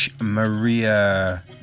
Maria